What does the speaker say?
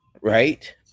Right